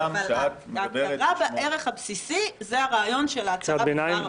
אבל ההכרה בערך הבסיסי זה הרעיון של ההצהרה בדבר זכויות האדם.